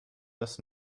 das